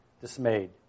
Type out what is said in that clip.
dismayed